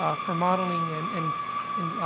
ah for modeling and and and,